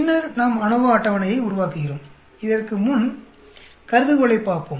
பின்னர் நாம் அநோவா அட்டவணையை உருவாக்குகிறோம் அதற்கு முன் கருதுகோளைப் பார்ப்போம்